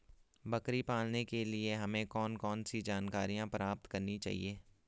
बकरी पालन के लिए हमें कौन कौन सी जानकारियां प्राप्त करनी चाहिए?